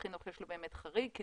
היום בהצעת חוק למתן שירותים חיוניים